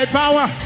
power